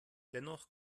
dennoch